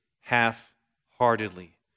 half-heartedly